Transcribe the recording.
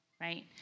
right